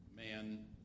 man